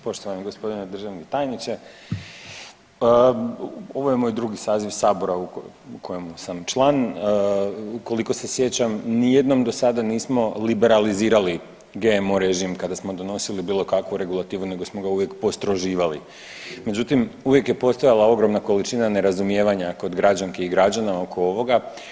Poštovani g. državni tajniče, ovo je moj drugi saziv sabora u kojemu sam član, ukoliko se sjećam nijednom dosada nismo liberalizirali GMO režim kada smo donosili bilo kakvu regulativu nego smo ga uvijek postroživali, međutim uvijek je postojala ogromna količina nerazumijevanja kod građanki i građana oko ovoga.